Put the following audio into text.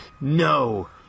No